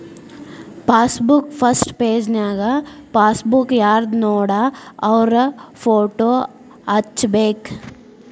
passbook first ಪೆಜನ್ಯಾಗ passbook ಯಾರ್ದನೋಡ ಅವ್ರ ಫೋಟೋ ಹಚ್ಬೇಕ್